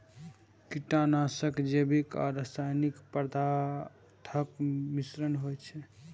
कीटनाशक जैविक आ रासायनिक पदार्थक मिश्रण होइ छै